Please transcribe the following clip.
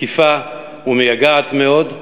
מקיפה ומייגעת מאוד,